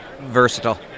Versatile